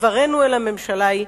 דברנו אל הממשלה הוא: